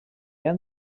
han